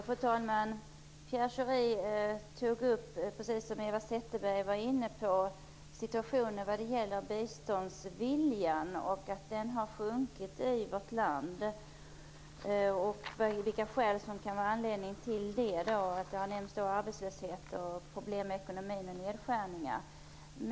Fru talman! Pierre Schori tog upp den fråga Eva Zetterberg var inne på, nämligen att biståndsviljan har sjunkit i vårt land. Vilka skäl kan vara anledningen? Det har nämnts arbetslöshet, problem med ekonomin och nedskärningar.